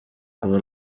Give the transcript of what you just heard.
kuva